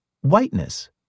Whiteness